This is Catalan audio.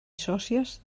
sòcies